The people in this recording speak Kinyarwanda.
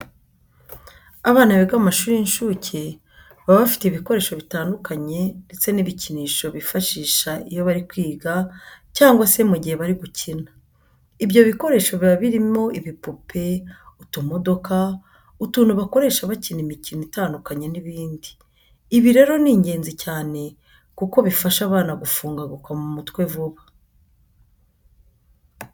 Abana biga mu mashuri y'incuke baba bafite ibikoresho bitandukanye ndetse n'ibikinisho bifashisha iyo bari kwiga cyangwa se mu gihe bari gukina. Ibyo bikoresho biba birimo, ibipupe, utumodoka, utuntu bakoresha bakina imikino itandukanye n'ibindi. Ibi rero ni ingenzi cyane kuko bifasha abana gufunguka mu mutwe vuba.